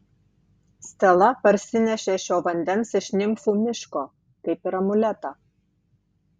stela parsinešė šio vandens iš nimfų miško kaip ir amuletą